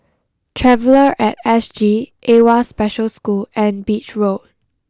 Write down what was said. Traveller at S G Awwa Special School and Beach Road